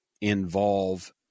involve